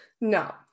no